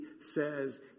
says